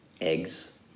eggs